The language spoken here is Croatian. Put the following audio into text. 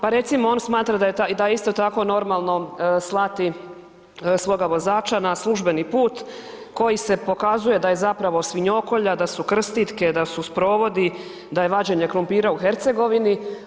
Pa recimo on smatra da je isto tako normalno slati svoga vozača na službeni put koji se pokazuje da je zapravo svinjokolja, da su krstitke, da su sprovodi, da je vađenje krumpira u Hercegovini.